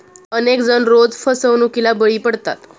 अनेक जण रोज फसवणुकीला बळी पडतात